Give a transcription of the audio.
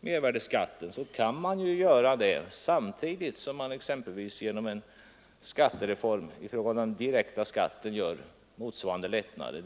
mervärdeskatten, så kan man ju göra det samtidigt som man exempelvis genom en skattereform i fråga om den direkta skatten ger motsvarande lättnader.